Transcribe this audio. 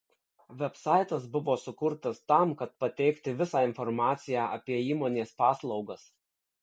vebsaitas buvo sukurtas tam kad pateikti visą informaciją apie įmonės paslaugas